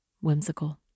whimsical